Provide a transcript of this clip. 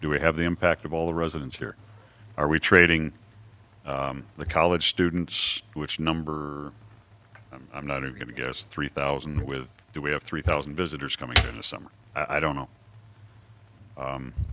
do we have the impact of all the residents here are we trading the college students which number i'm not even going to guess three thousand with do we have three thousand visitors coming into summer i don't know